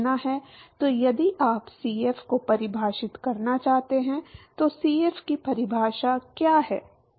तो यदि आप सीएफ को परिभाषित करना चाहते हैं तो सीएफ की परिभाषा क्या है